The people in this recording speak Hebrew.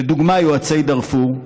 לדוגמה יוצאי דארפור,